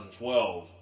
2012